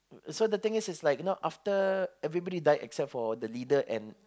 so the thing is is like you know after everybody died except for the leader and